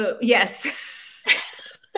Yes